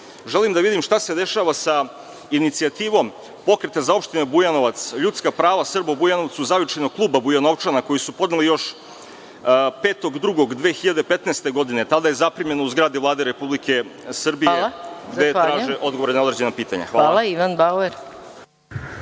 želim da vidim šta se dešava sa inicijativom Pokreta za opštinu Bujanovac, „Ljudska prava Srba u Bujanovcu“, Zavičajnog kluba Bujanovčana, koji su podneli još 5.02.2015. godine, tada je primljeno u zgradi Vlade Republike Srbije, gde traže odgovore na određena pitanja. Hvala. **Maja